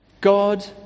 God